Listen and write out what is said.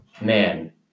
man